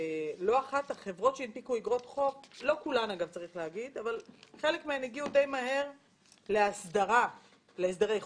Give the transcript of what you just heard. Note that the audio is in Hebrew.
לא אחת חברות שהנפיקו אגרות חוק - לא כולן הגיעו די מהר להסדרי חוב,